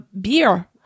beer